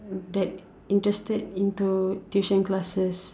that interested into tuition classes